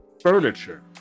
furniture